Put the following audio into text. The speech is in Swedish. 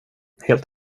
helt